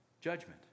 judgment